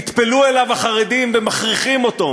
נטפלו אליו החרדים ומכריחים אותו,